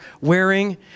wearing